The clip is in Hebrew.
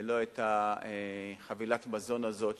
ולא את חבילת המזון הזאת,